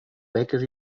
beques